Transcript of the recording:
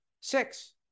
six